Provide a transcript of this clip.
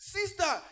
Sister